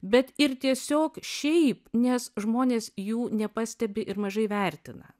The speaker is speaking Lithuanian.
bet ir tiesiog šiaip nes žmonės jų nepastebi ir mažai vertina